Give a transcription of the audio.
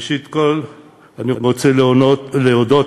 ראשית, אני רוצה להודות